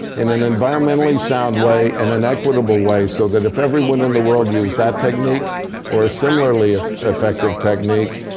in an environmentally sound way and an equitable way. so that if everyone in the world used that technique or a similarly effective technique,